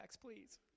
please